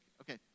Okay